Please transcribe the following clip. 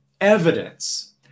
evidence